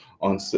on